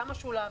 כמה שולם,